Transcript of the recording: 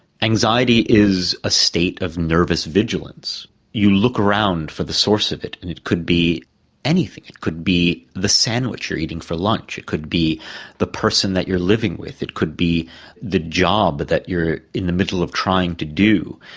anxiety is a state of nervous vigilance you look around for the source of it and it could be anything. it could be the sandwich you're eating for lunch, it could be the person that you're living with, it could be the job that you're in the middle of trying to do.